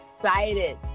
excited